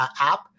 app